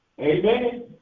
Amen